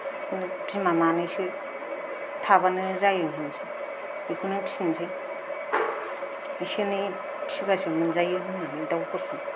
बिदिनो बिमा मानैसो थाबोनो जायो होनसै बेखौनो फिसिनोसै इसे एनै फिसिबासो मोनजायो होन्नानै दाउफोरखौ